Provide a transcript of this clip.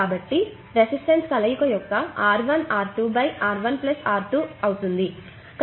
కాబట్టి రెసిస్టన్స్ కలయిక యొక్క R1R2 R1 R2 అవుతుంది